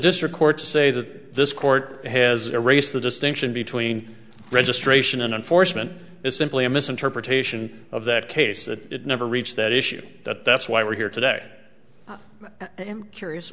district court to say that this court has erased the distinction between registration and enforcement is simply a misinterpretation of that case that it never reached that issue that that's why we're here today